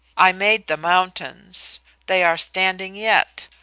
i made the mountains they are standing yet.